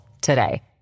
today